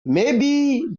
maybe